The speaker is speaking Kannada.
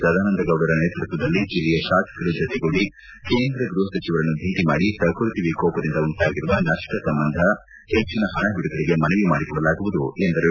ಸದಾನಂದಗೌಡರ ನೇತೃತ್ವದಲ್ಲಿ ಜಿಲ್ಲೆಯ ಶಾಸಕರು ಜೊತೆಗೂಡಿ ಕೇಂದ್ರ ಗ್ಬಹ ಸಚಿವರನ್ನು ಭೇಟಿ ಮಾಡಿ ಪ್ರಕೃತಿ ವಿಕೋಪದಿಂದ ಉಂಟಾಗಿರುವ ನಷ್ಷ ಸಂಬಂಧ ಪೆಚ್ಚಿನ ಪಣ ಬಿಡುಗಡೆಗೆ ಮನವಿ ಮಾಡಲಾಗುವುದು ಎಂದರು